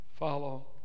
Follow